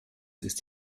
ist